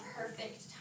perfect